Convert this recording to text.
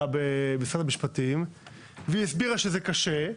במשרד המשפטים והיא הסבירה שזה קשה,